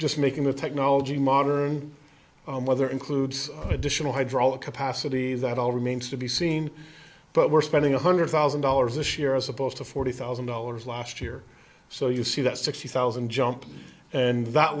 just making the technology modern whether includes additional hydraulic capacity that all remains to be seen but we're spending one hundred thousand dollars this year as opposed to forty thousand dollars last year so you see that sixty thousand jump and that